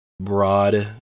broad